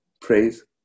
Praise